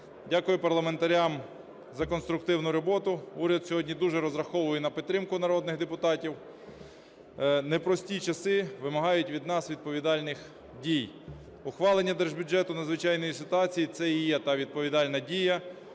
Дякую парламентарям за конструктивну роботу, уряд сьогодні дуже розраховує на підтримку народних депутатів. Непрості часи вимагають від нас відповідальних дій. Ухвалення Держбюджету надзвичайної ситуації – це і є та відповідальна дія.